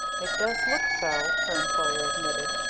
it does look so, her employer admitted.